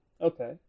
Okay